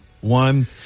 one